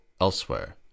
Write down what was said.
elsewhere